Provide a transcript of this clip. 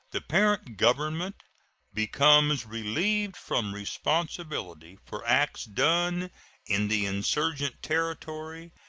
the parent government becomes relieved from responsibility for acts done in the insurgent territory,